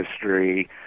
history